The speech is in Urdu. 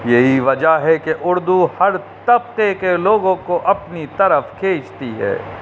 یہی وجہ ہے کہ اردو ہر طبقے کے لوگوں کو اپنی طرف کھینچتی ہے